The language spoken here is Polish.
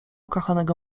kochanego